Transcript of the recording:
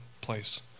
place